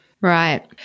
Right